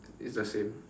it's the same